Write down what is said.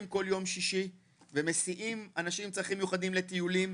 בכל יום שישי ומסיעים אנשים עם צרכים מיוחדים לטיולים.